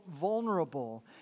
vulnerable